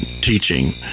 teaching